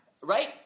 right